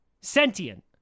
sentient